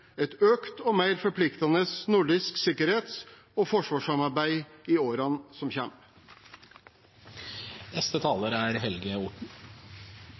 et økt og mer forpliktende nordisk sikkerhets- og forsvarssamarbeid i årene som